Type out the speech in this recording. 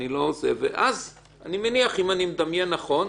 אני מניח, אם אני מדמיין נכון,